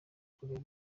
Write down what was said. kureba